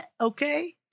okay